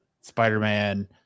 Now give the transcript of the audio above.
Spider-Man